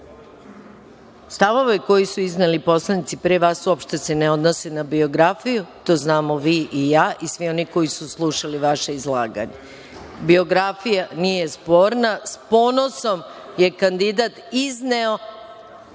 Stavovi koje su izneli poslanici pre vas uopšte se ne odnosi na biografiju, to znamo vi i ja i svi oni koji su slušali vaše izlaganje. Biografija nije sporna. S ponosom je kandidat izneo